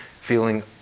feeling